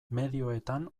medioetan